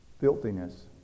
filthiness